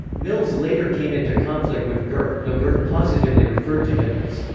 mills later came into conflict with gerth, though gerth positively referred to him as,